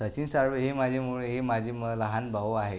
सचिन साळवे हे माझे मूळ हे माझे मं लहान भाऊ आहे